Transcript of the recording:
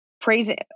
praising